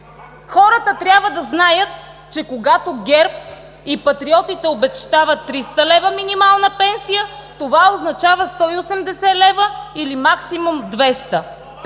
Хората трябва да знаят, че когато ГЕРБ и патриотите обещават 300 лв. минимална пенсия, това означава, 180 лв. или максимум 200